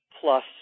plus